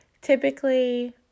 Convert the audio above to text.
typically